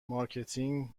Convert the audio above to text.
مارکتینگ